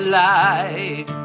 light